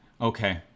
Okay